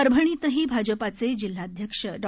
परभणीतही भाजपाचे जिल्हाध्यक्ष डॉ